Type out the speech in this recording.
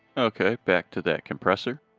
okay, back to that compressor